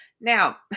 Now